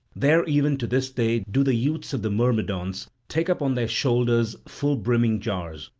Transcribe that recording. there even to this day do the youths of the myrmidons take up on their shoulders full-brimming jars,